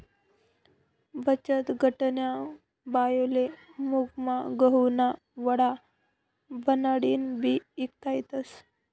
बचतगटन्या बायास्ले मुंगना गहुना वडा बनाडीन बी ईकता येतस